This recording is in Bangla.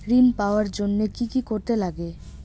ঋণ পাওয়ার জন্য কি কি করতে লাগে?